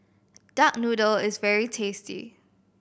duck noodle is very tasty